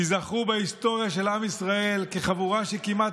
תיזכרו בהיסטוריה של עם ישראל כחבורה שכמעט